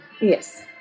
Yes